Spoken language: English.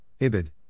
IBID